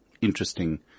interesting